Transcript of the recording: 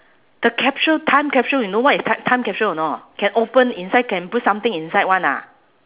the capsule time capsule you know what is ti~ time capsule or not can open inside can put something inside [one] ah